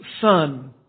son